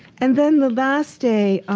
and then, the last day,